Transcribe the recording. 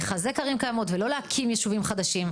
לחזק ערים קיימות ולא להקים יישובים חדשים.